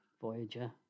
Voyager